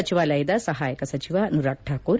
ಸಚಿವಾಲಯದ ಸಹಾಯಕ ಸಚಿವ ಅನುರಾಗ್ ಠಾಕೂರ್